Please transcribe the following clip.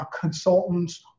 consultants